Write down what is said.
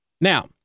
Now